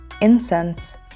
incense